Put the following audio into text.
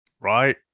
right